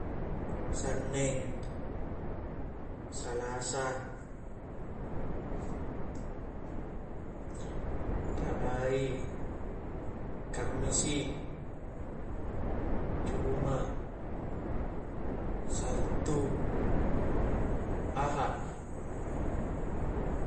Sanneng salasa rabai kammisi juma' sattu aha'